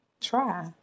try